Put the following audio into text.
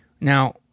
Now